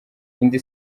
indi